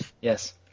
Yes